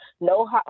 no